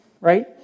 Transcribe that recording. right